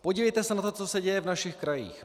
Podívejte se na to, co se děje v našich krajích!